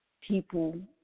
people